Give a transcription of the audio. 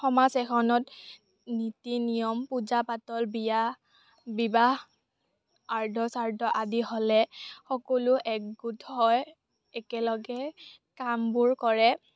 সমাজ এখনত নীতি নিয়ম পূজা পাতল বিয়া বিবাহ আদ্য়শ্ৰাদ্ধ ঁআদি হলে সকলো একগোট হয় একেলগে কামবোৰ কৰে